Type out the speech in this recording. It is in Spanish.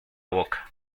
boca